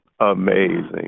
amazing